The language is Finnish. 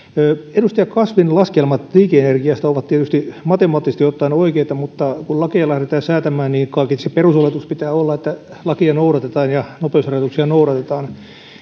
edustaja kasvin laskelmat liike energiasta ovat tietysti matemaattisesti ottaen oikeita mutta kun lakeja lähdetään säätämään niin kaiketi perusoletuksen pitää olla että lakia noudatetaan ja nopeusrajoituksia noudatetaan